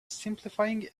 simplifying